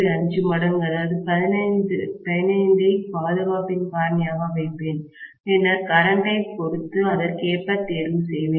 5 மடங்கு 15 ஐ பாதுகாப்பின் காரணியாக வைப்பேன் பின்னர் கரண்ட்டை பொறுத்து அதற்கேற்ப தேர்வு செய்வேன்